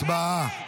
הצבעה.